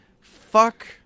Fuck